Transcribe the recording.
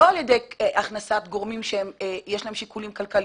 לא על ידי הכנסת גורמים שיש להם שיקולים כלכליים,